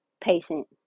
patient